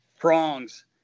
Prongs